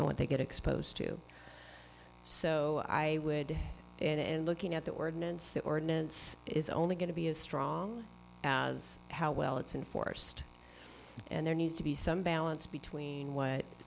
and what they get exposed to so i would and in looking at the ordinance the ordinance is only going to be as strong as how well it's unforced and there needs to be some balance between what